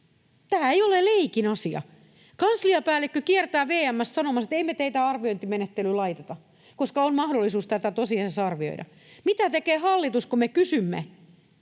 Tämä ei ole leikin asia. Kansliapäällikkö kiertää VM:ssä sanomassa, että ei me teitä arviointimenettelyyn laiteta, koska on mahdollisuus tätä tosiasiassa arvioida. Mitä tekee hallitus, kun me kysymme,